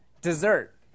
dessert